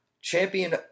champion